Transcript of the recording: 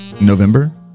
November